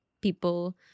people